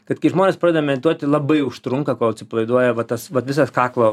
kad kai žmonės pradeda medituoti labai užtrunka kol atsipalaiduoja va tas vat visas kaklo